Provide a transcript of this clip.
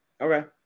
Okay